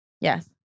Yes